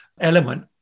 element